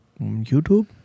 YouTube